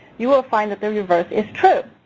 you will find that the reverse is true.